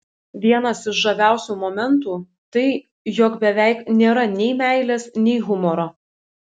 vienas iš žaviausių momentų tai jog beveik nėra nei meilės nei humoro